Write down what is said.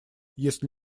если